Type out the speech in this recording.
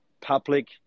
public